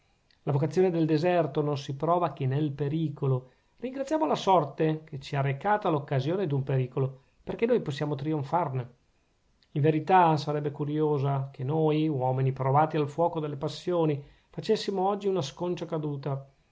la vocazione del deserto non si prova che nel pericolo ringraziamo la sorte che ci ha recata l'occasione d'un pericolo perchè noi possiamo trionfarne in verità sarebbe curiosa che noi uomini provati al fuoco delle passioni facessimo oggi una sconcia caduta